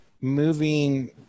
moving